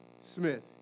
Smith